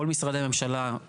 כל משרדי הממשלה, כולם,